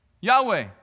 Yahweh